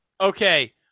Okay